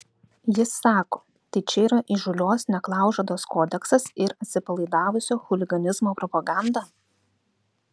jis sako tai čia yra įžūlios neklaužados kodeksas ir atsipalaidavusio chuliganizmo propaganda